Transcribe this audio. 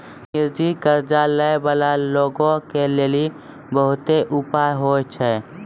निजी कर्ज लै बाला लोगो के लेली बहुते उपाय होय छै